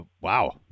wow